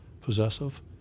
possessive